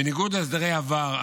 בניגוד להסדרי עבר,